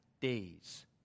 days